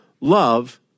Love